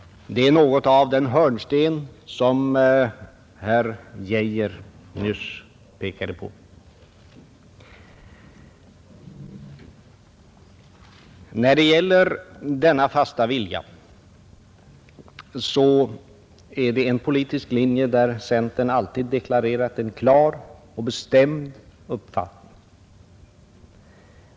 Det är något av den hörnpelare som herr Arne Geijer i Stockholm nyss pekade på. Denna fasta vilja är en politisk linje där centern alltid deklarerat en klar och bestämd uppfattning.